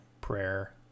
Prayer